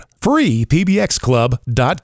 freepbxclub.com